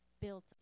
built